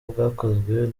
bwakozwe